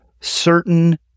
certain